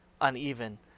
uneven